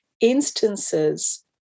instances